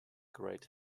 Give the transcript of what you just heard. great